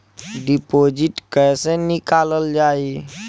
Deposit कैसे निकालल जाइ?